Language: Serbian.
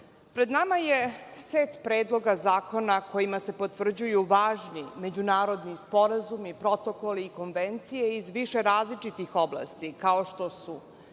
pred nama je set predloga zakona kojima se potvrđuju važni međunarodni sporazumi, protokoli, konvencije iz više različitih oblasti, kao što su